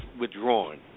Withdrawn